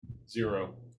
zero